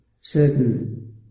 certain